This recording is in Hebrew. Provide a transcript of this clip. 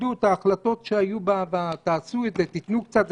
תכבדו את החלטות שהיו, תעשו את זה, תנו קצת.